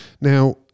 Now